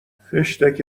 خشتک